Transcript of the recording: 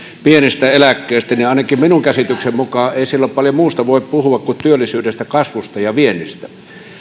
pienistä eläkkeistä niin ainakaan minun käsitykseni mukaan ei silloin paljon muusta voi puhua kuin työllisyydestä kasvusta ja viennistä